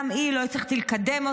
גם אותה לא הצלחתי לקדם,